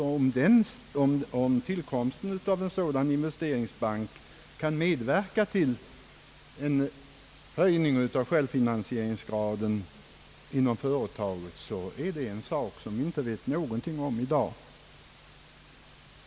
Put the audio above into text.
Huruvida tillkomsten av en sådan bank kan medverka till en höjning av självfinansieringsgraden inom ett företag, vet vi inte någonting om i dag.